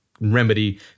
Remedy